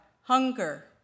hunger